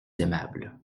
aimable